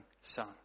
son